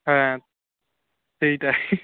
হ্যাঁ সেইটাই